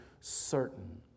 certain